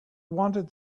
wanted